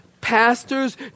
pastors